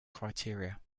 criteria